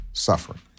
Suffering